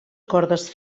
cordes